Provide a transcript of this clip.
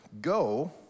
Go